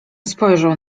spojrzał